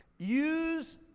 Use